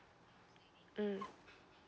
mm